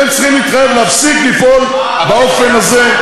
אתם צריכים להתחייב להפסיק לפעול באופן הזה,